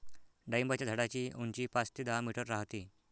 डाळिंबाच्या झाडाची उंची पाच ते दहा मीटर राहते